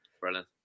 Brilliant